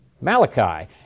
Malachi